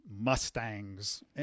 Mustangs